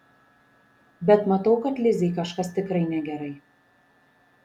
bet matau kad lizei kažkas tikrai negerai